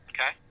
Okay